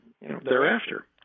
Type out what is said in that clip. thereafter